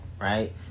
right